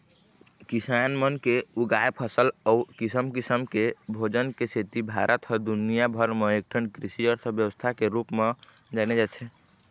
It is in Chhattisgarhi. किसान मन के उगाए फसल अउ किसम किसम के भोजन के सेती भारत ह दुनिया भर म एकठन कृषि अर्थबेवस्था के रूप म जाने जाथे